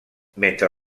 mentre